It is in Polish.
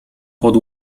pod